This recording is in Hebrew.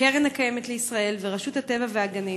קרן קיימת לישראל ורשות הטבע והגנים.